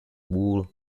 wool